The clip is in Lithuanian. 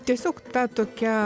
tiesiog ta tokia